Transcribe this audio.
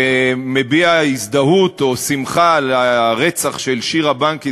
שמביע הזדהות או שמחה על הרצח של שירה בנקי,